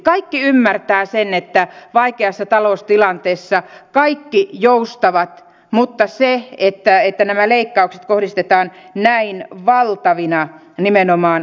kaikki ymmärtävät sen että vaikeassa taloustilanteessa kaikki joustavat mutta eivät sitä että nämä leikkaukset kohdistetaan näin valtavina nimenomaan kansalaisjärjestötaholle